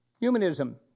Humanism